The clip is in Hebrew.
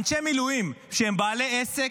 אנשי מילואים שהם בעלי עסק,